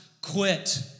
quit